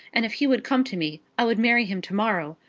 and if he would come to me, i would marry him to-morrow,